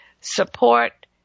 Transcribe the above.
support